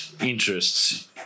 interests